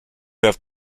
have